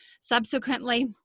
Subsequently